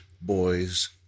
boys